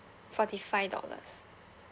forty five dollars